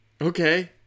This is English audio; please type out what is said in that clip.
okay